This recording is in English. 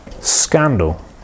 scandal